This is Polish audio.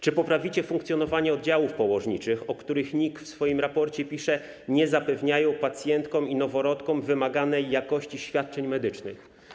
Czy poprawicie funkcjonowanie oddziałów położniczych, o których NIK w swoim raporcie pisze: nie zapewniają pacjentkom i noworodkom wymaganej jakości świadczeń medycznych?